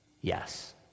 Yes